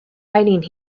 fighting